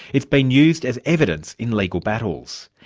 it's been used as evidence in legal battles.